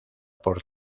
por